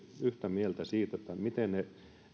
yhtä mieltä siitä että ne